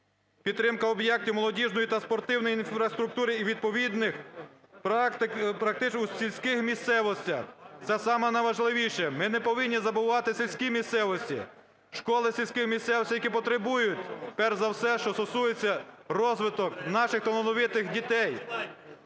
підтримка об'єктів молодіжної та спортивної інфраструктури і відповідних практик… у сільській місцевості – це саме найважливіше. Ми не повинні забувати сільські місцевості, школи сільської місцевості, які потребують, перш за все, що стосується розвитку наших талановитих дітей.